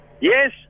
Yes